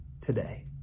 today